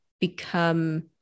become